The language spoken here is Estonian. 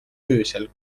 öösel